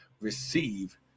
receive